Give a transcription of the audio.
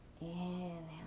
Inhale